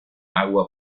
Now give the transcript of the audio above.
agua